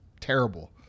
terrible